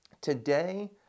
today